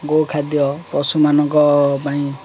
ଗୋ ଖାଦ୍ୟ ପଶୁମାନଙ୍କ ପାଇଁ